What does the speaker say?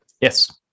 Yes